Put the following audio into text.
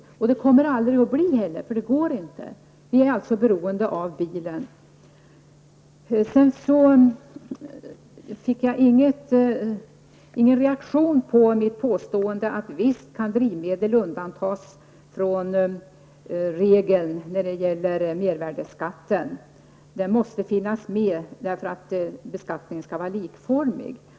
Den möjligheten kommer vi heller aldrig att få, eftersom det är omöjligt. Vi är alltså beroende av bilen. Jag fick ingen reaktion på mitt påstående att drivmedel visst kan undantas från regeln om mervärdeskatten, enligt vilken drivmedel måste finnas med, eftersom beskattningen skall vara likformig.